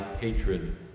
hatred